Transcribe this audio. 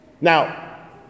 Now